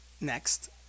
next